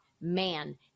man